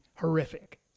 horrific